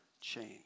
change